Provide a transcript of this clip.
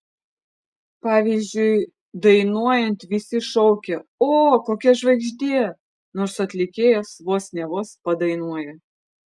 pavyzdžiui dainuojant visi šaukia o kokia žvaigždė nors atlikėjas vos ne vos padainuoja